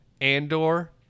andor